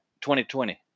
2020